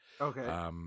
Okay